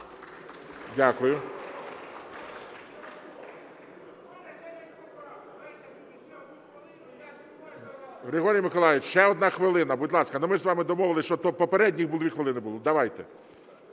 залі) Григорій Миколайович, ще одна хвилина, будь ласка. Ми ж з вами домовилися, що то попередні 2 хвилини були. Давайте.